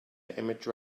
image